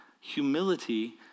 humility